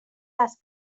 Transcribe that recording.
les